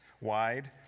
wide